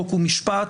חוק ומשפט.